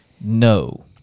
no